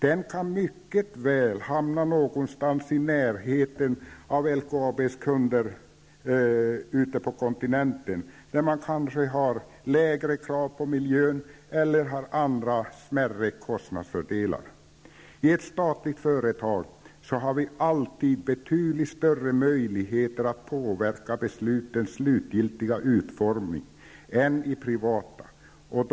Det kan mycket väl hamna någonstans i närheten av LKABs kunder ute på kontinenten. Där har man kanske lägre krav på miljön eller andra smärre kostnadsfördelar. I ett statligt företag har vi alltid betydligt större möjlighet att påverka beslutens slutgiltiga utformning än i privata företag.